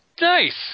Nice